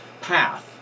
path